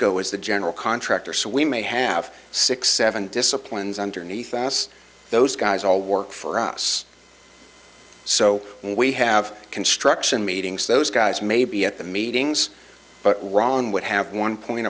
ko is the general contractor so we may have six seven disciplines underneath us those guys all work for us so we have construction meetings those guys maybe at the meetings but ron would have one point